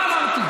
מה אמרתי?